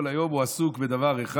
כל היום הוא עסוק בדבר אחד.